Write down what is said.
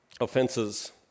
Offenses